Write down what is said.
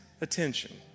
attention